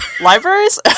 libraries